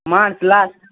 March last